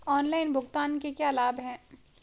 Online भुगतान के क्या लाभ हैं?